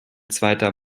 zweiter